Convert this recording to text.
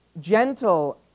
Gentle